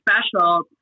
special